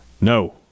No